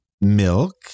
milk